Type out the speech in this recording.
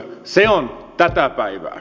se on tätä päivää